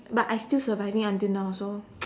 but I still surviving until now so